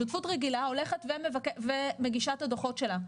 שותפות רגילה מגישה את הדוחות שלה,